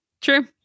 True